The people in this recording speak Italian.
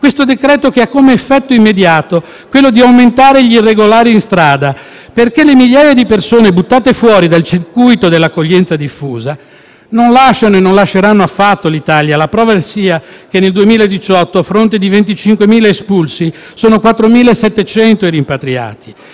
Un provvedimento che ha come effetto immediato quello di aumentare gli irregolari in strada, perché le migliaia di persone buttate fuori dal circuito dell'accoglienza diffusa non lasciano e non lasceranno affatto l'Italia. La prova ne sia che nel 2018, a fronte di 25.000 espulsi, sono 4.700 i rimpatriati.